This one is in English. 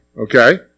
Okay